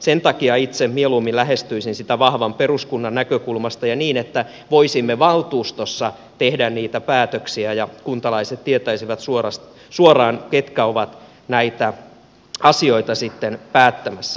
sen takia itse mieluummin lähestyisin sitä vahvan peruskunnan näkökulmasta ja niin että voisimme valtuustossa tehdä niitä päätöksiä ja kuntalaiset tietäisivät suoraan ketkä ovat näitä asioita sitten päättämässä